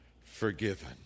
forgiven